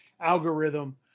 algorithm